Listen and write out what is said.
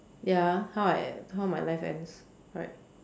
ya how I how my life ends correct